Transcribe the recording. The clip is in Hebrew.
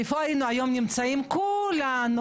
איפה היינו נמצאים כולנו?